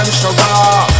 sugar